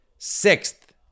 sixth